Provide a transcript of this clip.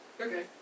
Okay